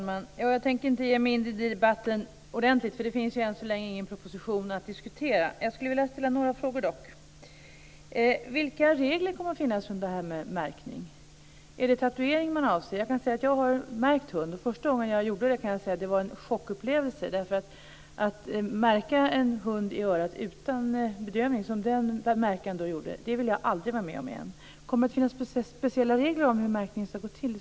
Fru talman! Jag tänker inte ge mig in i debatten ordentligt, för det finns än så länge inte en proposition att diskutera. Men jag skulle dock vilja ställa några frågor. Vilka regler kommer att finnas om märkning? Är det tatuering som avses? Jag har märkt hundar. Första gången jag gjorde det var en chockupplevelse. Att märka en hund i örat utan bedövning - som märkaren gjorde - vill jag aldrig vara med om igen. Kommer det att finnas speciella regler om hur märkning ska gå till?